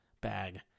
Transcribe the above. bag